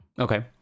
Okay